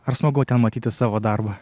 ar smagu ten matyti savo darbą